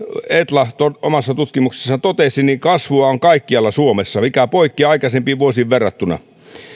etla omassa tutkimuksessaan totesi kasvua on kaikkialla suomessa mikä poikkeaa aikaisempiin vuosiin verrattuna